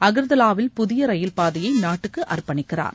அகர்தலாவில் புதிய ரயில் பாதையை நாட்டுக்கு அர்ப்பணிக்கிறார்